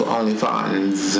OnlyFans